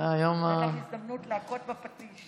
יש לך הזדמנות להכות בפטיש.